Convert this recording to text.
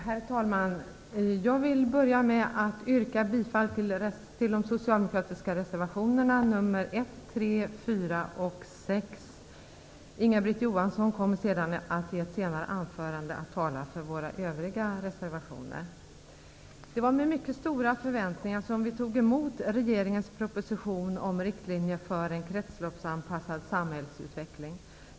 Herr talman! Jag vill börja med att yrka bifall till de socialdemokratiska reservationerna nr 1, 3, 4 och 6. Inga-Britt Johansson kommer i ett anförande senare att tala för våra övriga reservationer. Det var med mycket stora förväntningar som vi tog emot regeringens proposition om riktlinjer för en kretsloppsanpassad samhällsutveckling.